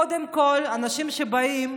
קודם כול, אנשים שבאים,